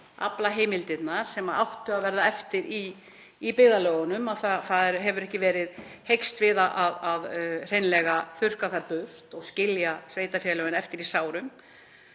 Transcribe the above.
aflaheimildirnar sem áttu að verða eftir í byggðarlögunum — það hefur ekki verið heykst við að hreinlega þurrka þær burt og skilja sveitarfélögin eftir í sárum.